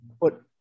put